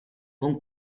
con